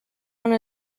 one